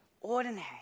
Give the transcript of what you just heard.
ordinary